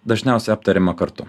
dažniausia aptariama kartu